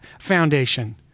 foundation